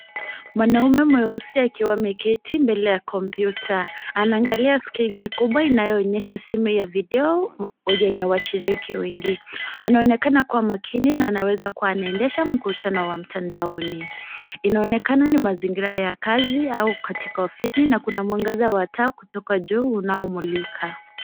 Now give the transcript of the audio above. Mwanaume mweusi akiwa ameketi mbele ya (cs)kompyuta(cs).Anaangalia screen kubwa inayoonyesha ya video yenye washiriki wengine. Anaoekana kuwa makini na anaweza kuwa anaendesha mkutano wa mtandaoni, inaonekana ni mazingira ya kazi au katika ofisi na kuna mwangaza wa taa kutoka juu unaomulika.